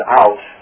out